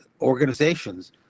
organizations